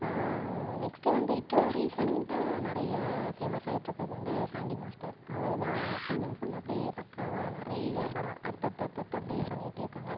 next வந்து இப்போ ரீசன்ட்டா நிறைய ஃபேமஸ் ஆகிட்டு இருக்குறது வந்து சேண்டி மாஸ்டர் அவரு தான் ஃபுல் அண்ட் ஃபுல் அப்படியே பக்காவா நிறைய படம் அடுத்து அடுத்து அடுத்து அடுத்து அப்படியே பண்ணிட்டே இருக்காங்கள்